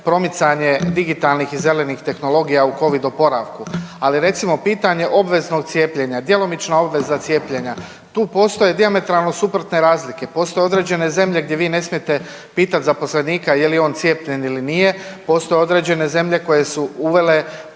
promicanje digitalnih i zelenih tehnologija u Covid oporavku, ali recimo pitanje obveznog cijepljenja, djelomična obveza cijepljenja, tu postoje dijametralno suprotne razlike, postoje određene zemlje gdje vi ne smijete pitat zaposlenika je li on cijepljen ili nije, postoje određene zemlje koje su uvele